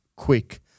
quick